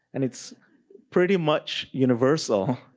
and its pretty much universal.